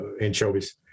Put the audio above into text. anchovies